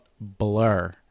Blur